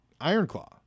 Ironclaw